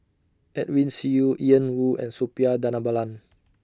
Edwin Siew Ian Woo and Suppiah Dhanabalan